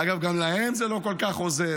אגב, גם להם זה לא כל כך עוזר.